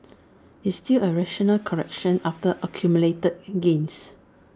it's still A rational correction after accumulated gains